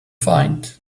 find